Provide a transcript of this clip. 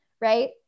right